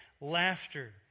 laughter